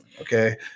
okay